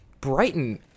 Brighton